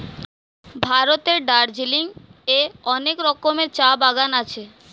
ভারতের দার্জিলিং এ অনেক রকমের চা বাগান আছে